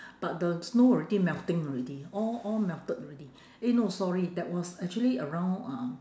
but the snow already melting already all all melted already eh no sorry that was actually around uh